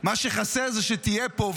מה שחסר זה שתהיה פה,